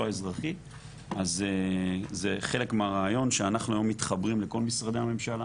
האזרחי אז זה חלק מהרעיון שאנחנו היום מתחברים לכל משרדי הממשלה,